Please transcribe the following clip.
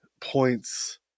points